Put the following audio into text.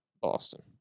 Boston